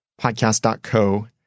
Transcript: Podcast.co